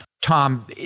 Tom